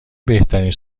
بهترین